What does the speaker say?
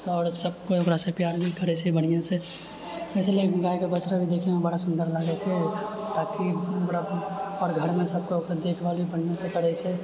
आओर सब केओ ओकरासँ प्यार भी करैत छै बढ़िआँसँ जाहिसे गायके बछड़ा भी देखएमे बड़ा सुन्दर लागैत छै ताकि बड़ा आओर घरमे सब केओ ओकर देखभाल भी बढ़िआँसँ करैत छै